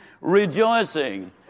rejoicing